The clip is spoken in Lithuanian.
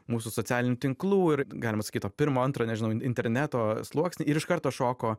mūsų socialinių tinklų ir galima sakyt to pirmo antro nežinau interneto sluoksnį ir iš karto šoko